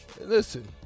Listen